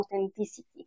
authenticity